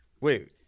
Wait